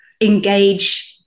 engage